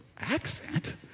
accent